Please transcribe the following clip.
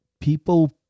people